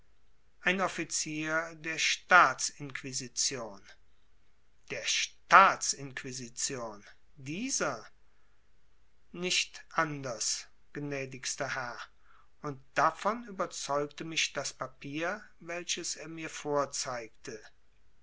ein offizier der staatsinquisition der staatsinquisition dieser nicht anders gnädigster herr und davon überzeugte mich das papier welches er mir vorzeigte